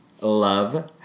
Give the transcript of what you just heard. love